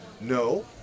No